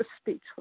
speechless